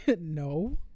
No